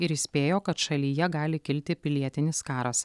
ir įspėjo kad šalyje gali kilti pilietinis karas